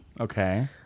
Okay